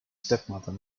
stepmother